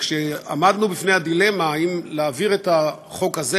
כשעמדנו בפני הדילמה אם להעביר את החוק הזה,